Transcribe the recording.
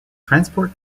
transport